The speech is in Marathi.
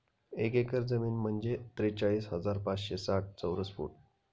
एक एकर जमीन म्हणजे त्रेचाळीस हजार पाचशे साठ चौरस फूट